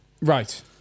right